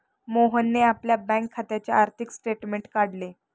मोहनने आपल्या बँक खात्याचे आर्थिक स्टेटमेंट काढले